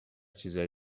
چیزای